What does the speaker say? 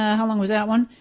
ah how long as that one?